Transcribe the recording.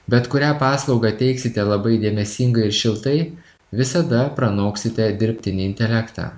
bet kurią paslaugą teiksite labai dėmesingai ir šiltai visada pranoksite dirbtinį intelektą